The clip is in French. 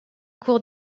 cours